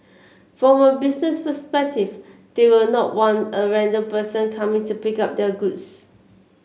from a business perspective they will not want a random person coming to pick up their goods